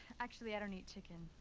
actually, i don't eat chicken.